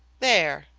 there!